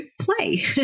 play